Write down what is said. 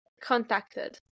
contacted